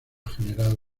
generado